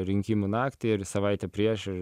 rinkimų naktį ir savaitę prieš ir